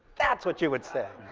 that's what you would say.